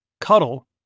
Cuddle